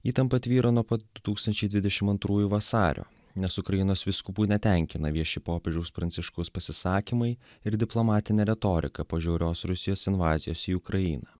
įtampa tvyro nuo pat du tūkstančiai dvidešim antrųjų vasario nes ukrainos vyskupų netenkina vieši popiežiaus pranciškaus pasisakymai ir diplomatinė retorika po žiaurios rusijos invazijos į ukrainą